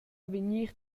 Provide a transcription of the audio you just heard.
avegnir